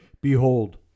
Behold